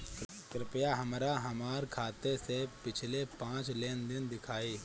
कृपया हमरा हमार खाते से पिछले पांच लेन देन दिखाइ